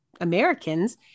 Americans